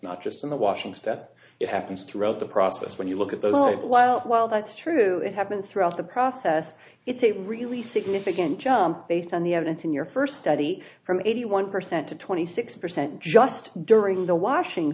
not just in the washing soda it happens throughout the process when you look at those while while that's true it happens throughout the process it's a really significant jump based on the evidence in your first study from eighty one percent to twenty six percent just during the washing